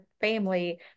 family